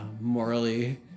morally